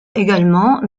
également